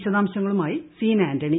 വിശദാംശങ്ങളുമായി സീനാ ആന്റണി